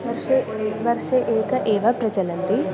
वर्षे ए वर्षे एक एव प्रचलन्ति